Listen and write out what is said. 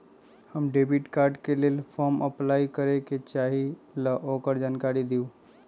हम debit card के लेल फॉर्म अपलाई करे के चाहीं ल ओकर जानकारी दीउ?